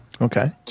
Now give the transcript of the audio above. Okay